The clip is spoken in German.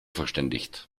verständigt